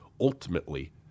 ultimately